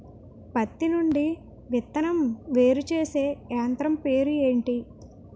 పత్తి నుండి విత్తనం వేరుచేసే యంత్రం పేరు ఏంటి